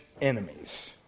enemies